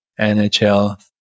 NHL